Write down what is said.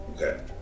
Okay